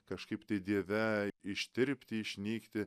kažkaip tai dieve ištirpti išnykti